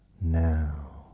Now